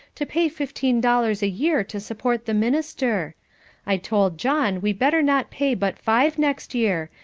to pay fifteen dollars a year to support the minister i told john we better not pay but five next year,